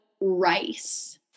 rice